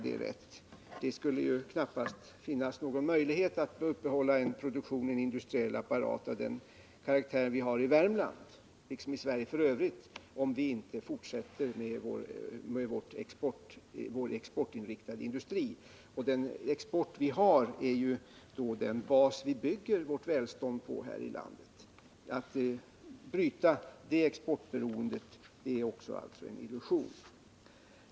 Det finns knappast någon möjlighet att uppehålla en produktion och en industriell apparat av den karaktär vi har i Värmland liksom i Sverige i övrigt, om vi inte fortsätter med vår exportinriktade industri. Den är ju den bas vi bygger vårt välstånd på här i landet. Att tro att vi skulle kunna bryta det exportberoendet är alltså också det en illusion.